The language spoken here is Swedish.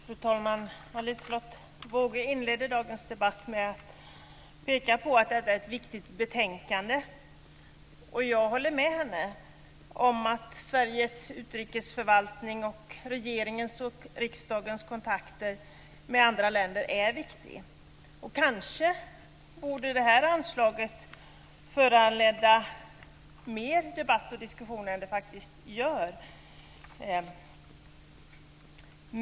Fru talman! Liselotte Wågö inledde dagens debatt med att peka på att detta är ett viktigt betänkande. Jag håller med henne om att Sveriges utrikesförvaltning och regeringens och riksdagens kontakter med andra länder är viktiga. Kanske borde det här anslaget föranleda mer debatt och diskussion än det faktiskt gör.